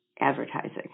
advertising